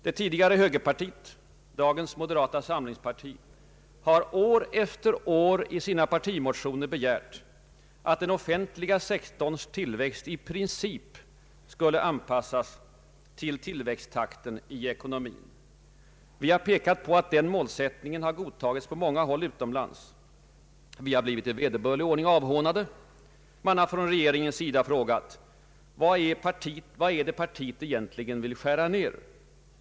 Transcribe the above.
Det tidigare högerpartiet, dagens moderata samlingsparti, har år efter år i sina partimotioner krävt att den offentliga sektorns tillväxt i princip skall anpassas till tillväxttakten i ekonomin. Vi har pekat på att den målsättningen har godtagits på många håll utomlands. Vi har blivit i vederbörlig ordning avhånade. Man har från regeringens sida frågat: Vad är det som moderata samlingspartiet egentligen vill skära ner?